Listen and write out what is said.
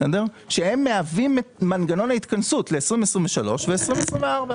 שהם מהווים את מנגנון ההתכנסות ל-2023 ו-2024.